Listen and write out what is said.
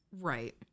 Right